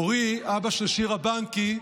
אורי, אבא של שירה בנקי,